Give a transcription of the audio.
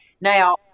Now